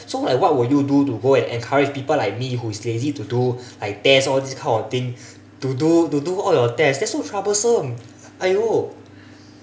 so like what will you do to go and encourage people like me who is lazy to do like test all this kind of thing to do to do all your tests that's so troublesome !aiyo!